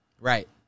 Right